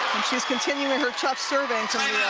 and she's continuing her tough serving.